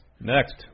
Next